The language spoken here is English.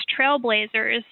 trailblazers